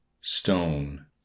stone